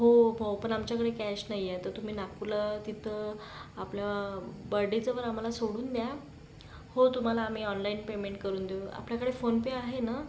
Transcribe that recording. हो भाऊ पण आमच्याकडे कॅश नाहीये तर तुम्ही नागपूरला तिथं आपलं बर्डीचं पण आम्हाला सोडून द्या हो तुम्हाला आम्ही ऑनलाईन पेमेंट करून देऊ आपल्याकडे फोन पे आहे ना